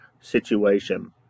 situation